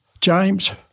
James